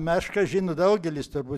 mešką žino daugelis turbūt